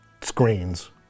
screens